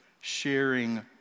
sharing